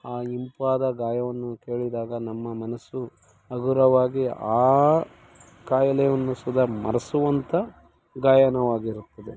ಆ ಇಂಪಾದ ಗಾಯವನ್ನು ಕೇಳಿದಾಗ ನಮ್ಮ ಮನಸ್ಸು ಹಗುರವಾಗಿ ಆ ಕಾಯಿಲೆವನ್ನು ಸುದ ಮರೆಸುವಂಥ ಗಾಯನವಾಗಿರುತ್ತದೆ